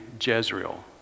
Jezreel